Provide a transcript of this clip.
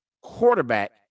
quarterback